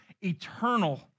eternal